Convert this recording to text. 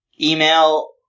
Email